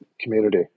community